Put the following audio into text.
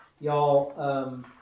y'all